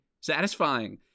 satisfying